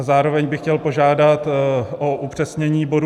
Zároveň bych chtěl požádat o upřesnění bodu